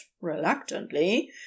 reluctantly